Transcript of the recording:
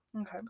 Okay